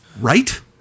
Right